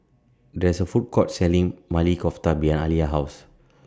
There IS A Food Court Selling Maili Kofta behind Aliya's House